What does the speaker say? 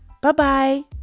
Bye-bye